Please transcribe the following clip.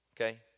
Okay